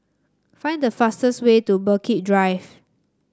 find the fastest way to Berwick Drive